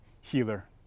healer